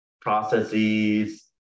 processes